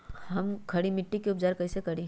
हम खड़ी मिट्टी के उपचार कईसे करी?